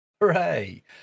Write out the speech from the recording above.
Hooray